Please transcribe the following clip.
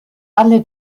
alle